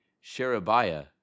Sherebiah